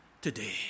today